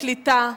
הקליטה,